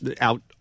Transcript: out